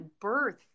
birth